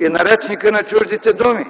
и на речника на чуждите думи.